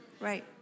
right